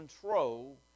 control